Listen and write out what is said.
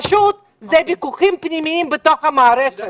פשוט, אלה ויכוחים פנימיים בתוך המערכת.